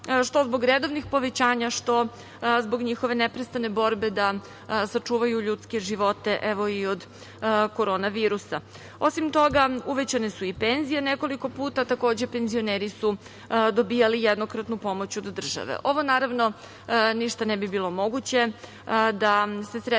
što zbog redovnih povećanja, što zbog njihove neprestane borbe da sačuvaju ljudske živote, evo i od korona virusa. Osim toga, uvećane su i penzije nekoliko puta. Takođe, penzioneri su dobijali jednokratnu pomoć od države. Ovo, naravno, ništa ne bi bilo moguće da se sredstvima